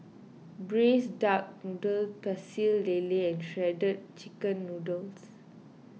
Braised Duck Noodle Pecel Lele and Shredded Chicken Noodles